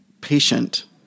patient